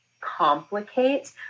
complicate